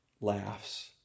laughs